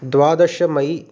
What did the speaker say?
द्वादश मै